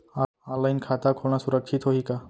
Online खाता खोलना सुरक्षित होही का?